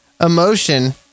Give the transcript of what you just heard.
emotion